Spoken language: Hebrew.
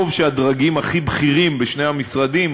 טוב שהדרגים הכי בכירים בשני המשרדים,